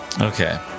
Okay